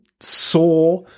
saw